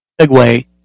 segue